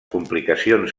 complicacions